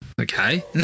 Okay